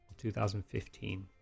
2015